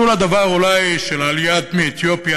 משול אולי הדבר של העלייה מאתיופיה